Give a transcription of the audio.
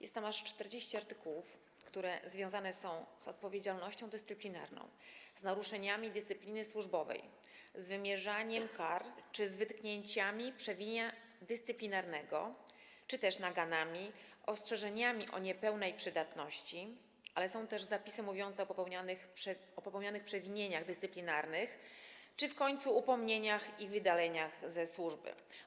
Jest tam aż 40 artykułów, które związane są z odpowiedzialnością dyscyplinarną, z naruszeniami dyscypliny służbowej, z wymierzaniem kar czy z wytknięciami przewinienia dyscyplinarnego, czy też naganami, ostrzeżeniami o niepełnej przydatności, ale są tam też zapisy mówiące o popełnianych przewinieniach dyscyplinarnych czy w końcu o upomnieniach i wydaleniach ze służby.